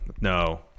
No